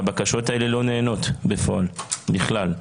והבקשות האלה לא נענות בפועל בכלל.